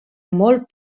molt